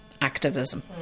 Activism